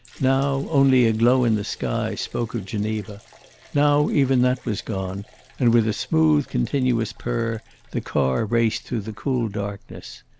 now only a glow in the sky spoke of geneva now even that was gone and with a smooth continuous purr the car raced through the cool darkness.